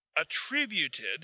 attributed